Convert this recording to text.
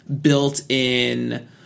built-in